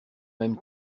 même